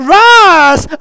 rise